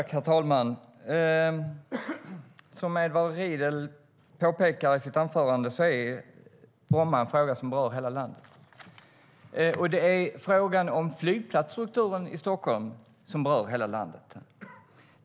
Herr talman! Som Edward Riedl påpekade i sitt anförande är Bromma en fråga som berör hela landet. Det är frågan om flygplatsstrukturen i Stockholm som berör hela landet.